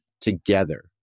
together